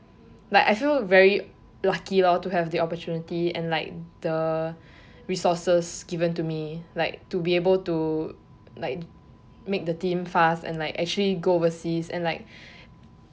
like I feel very lucky lor to have the opportunity and like the resources given to me like to be able to like make the team fast and like actually go overseas and like